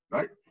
Right